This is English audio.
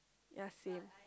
ya same